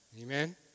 Amen